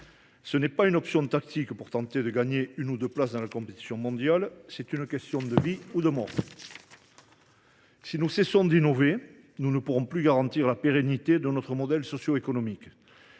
C’est non pas une option tactique pour tenter de gagner une ou deux places dans la compétition mondiale, mais une question de vie ou de mort. Si nous cessons d’innover, nous ne pourrons plus garantir la pérennité de notre modèle socio économique.